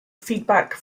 feedback